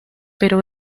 pero